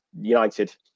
United